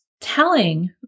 telling